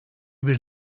bir